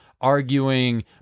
arguing